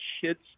kids